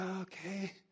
okay